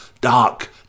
dark